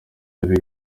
ibyo